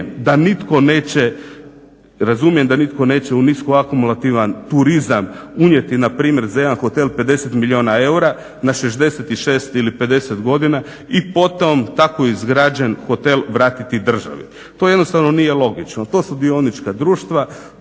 niti hoće. Ja razumijem da nitko neće u nisko akumulativan turizam unijeti npr. za jedan hotel 50 milijuna eura na 66 ili 50 godina i potom tako izgrađen hotel vratiti državi. To jednostavno nije logično. To su dionička društva,